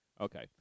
okay